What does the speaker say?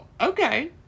okay